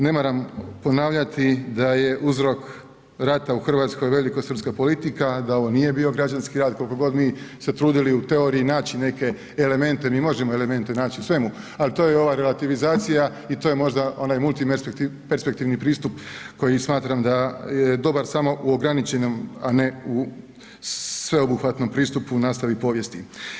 Ne moram ponavljati da je uzrok rata u Hrvatskoj velikosrpska politika, da ovo nije bio građanski rat koliko god mi se trudili u teoriji naći neke elemente, mi možemo elemente naći u svemu, ali to je ova relativizacija i to je možda onaj multi perspektivni pristup koji smatram da je dobar samo u ograničenom, a ne u sveobuhvatnom pristupu nastavi povijesti.